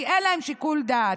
כי אין להם שיקול דעת.